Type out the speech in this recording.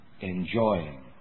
enjoying